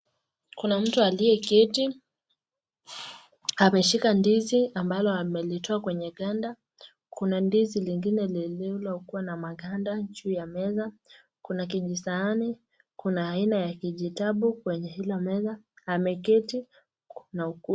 Kuna mtu aliye keti, ameshika ndizi ambalo amelitoa kwenye ganda, kuna ndizi lengine lililokua na maganda juu ya meza, kuna kijisahani, kuna aina la kijitabu kwenye hilo meza, ameketi kuna ukuta.